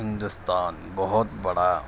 ہندوستان بہت بڑا